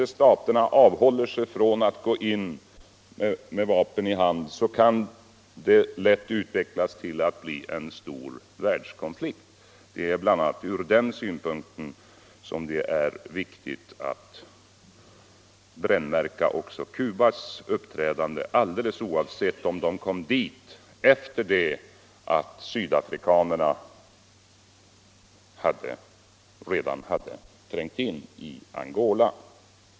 Om staterna inte avhåller sig från att gå in med vapen i hand i andra länder, så kan det kanske utveckla sig till en stor världskonflikt. debatt och valutapolitisk debatt Det är bl.a. från den synpunkten så viktigt att brännmärka även Cubas uppträdande, alldeles oavsett om kubanerna kom dit efter det att sydafrikanerna redan hade trängt in i Angola.